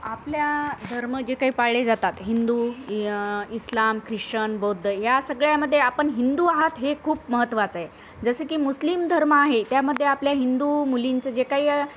आपल्या धर्म जे काही पाळले जातात हिंदू य इस्लाम ख्रिश्चन बौद्ध या सगळ्यामध्ये आपण हिंदू आहात हे खूप महत्त्वाचं आहे जसं की मुस्लिम धर्म आहे त्यामध्ये आपल्या हिंदू मुलींचं जे काही